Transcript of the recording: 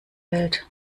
welt